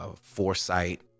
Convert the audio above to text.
foresight